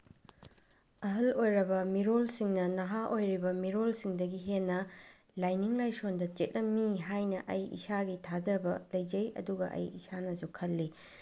ꯑꯍꯜ ꯑꯣꯏꯔꯕ ꯃꯤꯔꯣꯜꯁꯤꯡꯅ ꯅꯍꯥ ꯑꯣꯏꯔꯤꯕ ꯃꯤꯔꯣꯜꯁꯤꯡꯗꯒꯤ ꯍꯦꯟꯅ ꯂꯥꯏꯅꯤꯡ ꯂꯥꯏꯁꯣꯟꯗ ꯆꯦꯠꯂꯝꯃꯤ ꯍꯥꯏꯅ ꯑꯩ ꯏꯁꯥꯒꯤ ꯊꯥꯖꯕ ꯂꯩꯖꯩ ꯑꯗꯨꯒ ꯑꯩ ꯏꯁꯥꯅꯁꯨ ꯈꯜꯂꯤ